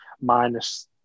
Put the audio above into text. minus